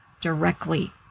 directly